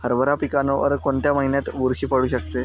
हरभरा पिकावर कोणत्या महिन्यात बुरशी पडू शकते?